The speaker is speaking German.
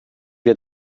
wir